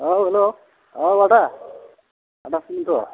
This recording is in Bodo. औ हेल' औ आदा मासिम मोनखो